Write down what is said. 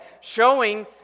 showing